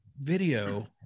video